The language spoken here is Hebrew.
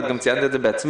וגם ציינת את זה בעצמך,